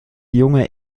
junge